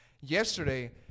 yesterday